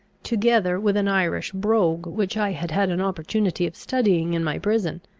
together with an irish brogue which i had had an opportunity of studying in my prison.